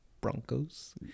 Broncos